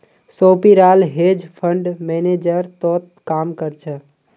सोपीराल hedge fund manager तोत काम कर छ